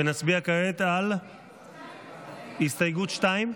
נצביע כעת על הסתייגות 2,